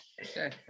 Okay